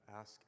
ask